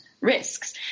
risks